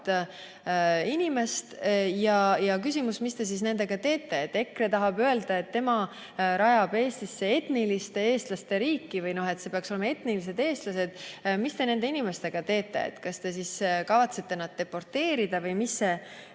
inimest. Tekib küsimus, mis te nendega teete. EKRE tahab öelda, et tema rajab Eestisse etniliste eestlaste riiki, need peaksid olema etnilised eestlased. Mis te nende inimestega teete? Kas te kavatsete nad deporteerida või mis see